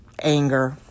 anger